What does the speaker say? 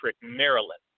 Maryland